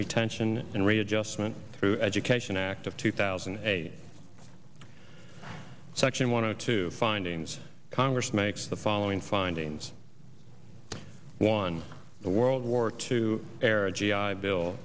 retention and readjustment through education act of two thousand and eight section one of two findings congress makes the following findings one the world war two era g i bill